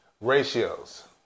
ratios